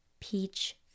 Peach